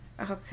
Okay